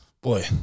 Boy